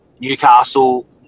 Newcastle